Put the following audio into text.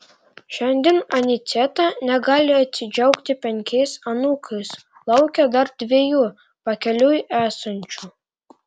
šiandien aniceta negali atsidžiaugti penkiais anūkais laukia dar dviejų pakeliui esančių